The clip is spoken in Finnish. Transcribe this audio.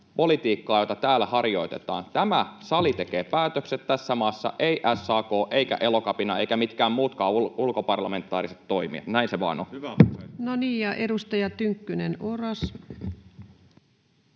politiikkaa, jota täällä harjoitetaan. Tämä sali tekee päätökset tässä maassa, ei SAK eikä Elokapina eivätkä mitkään muutkaan ulkoparlamentaariset toimijat, näin se vaan on. [Speech 92] Speaker: